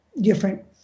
different